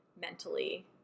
mentally